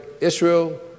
Israel